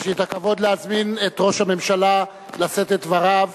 יש לי הכבוד להזמין את ראש הממשלה לשאת את דבריו